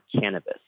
cannabis